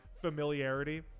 Familiarity